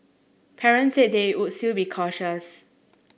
parents said they were still be cautious